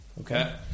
Okay